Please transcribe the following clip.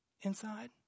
inside